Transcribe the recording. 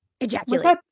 Ejaculate